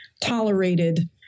tolerated